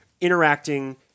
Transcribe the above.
interacting